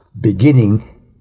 beginning